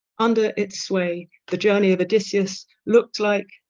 under its sway the journey of odysseus looks like,